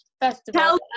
festival